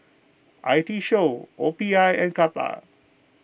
I T show O P I and Kappa